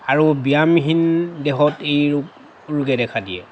আৰু ব্যায়ামহীন দেহত এই ৰোগ ৰোগে দেখা দিয়ে